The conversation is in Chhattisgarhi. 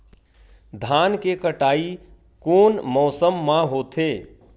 धान के कटाई कोन मौसम मा होथे?